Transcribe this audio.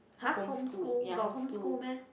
!huh! home school got home school meh